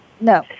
No